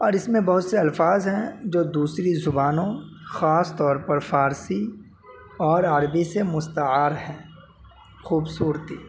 اور اس میں بہت سے الفاظ ہیں جو دوسری زبانوں خاص طور پر فارسی اور عربی سے مستعار ہے خوبصورتی